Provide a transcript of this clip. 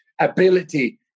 ability